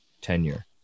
tenure